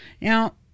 Now